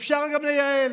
אפשר גם לייעל.